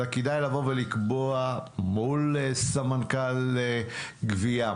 אלא כדאי לקבוע מול סמנכ"ל גבייה,